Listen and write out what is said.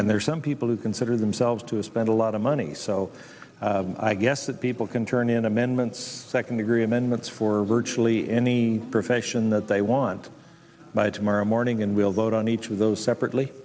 and there are some people who consider themselves to spend a lot of money so i guess that people can turn in amendments second degree amendments for virtually any profession that they want by tomorrow morning and we'll vote on each of those separately